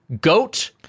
goat